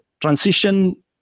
transition